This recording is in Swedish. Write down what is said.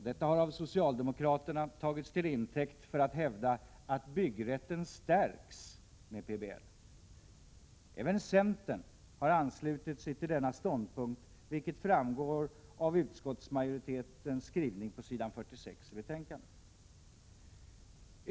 Detta har av socialdemokraterna tagits till intäkt för att hävda att byggrätten stärks med PBL. Även centern har anslutit sig till denna ståndpunkt, vilket framgår av utskottsmajoritetens skrivning på s. 46 i betänkandet.